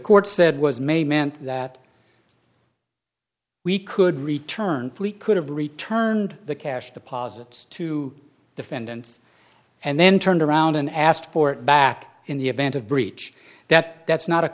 court said was may meant that we could return fleet could have returned the cash deposits to defendants and then turned around and asked for it back in the event of breach that that's not a